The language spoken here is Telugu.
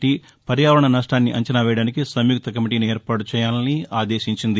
టీ పర్యావరణ నష్టాన్ని అంచనా వేయడానికి సంయుక్త కమిటీని ఏర్పాటు చేయాలని ఆదేశించింది